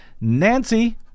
Nancy